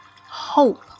hope